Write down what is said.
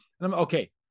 Okay